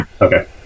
Okay